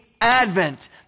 advent